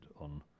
on